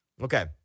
Okay